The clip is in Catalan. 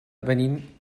venint